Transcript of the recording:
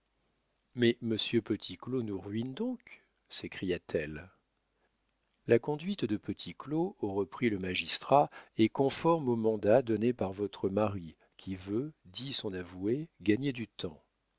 mais monsieur petit claud nous ruine donc s'écria-t-elle la conduite de petit claud reprit le magistrat est conforme au mandat donné par votre mari qui veut dit son avoué gagner du temps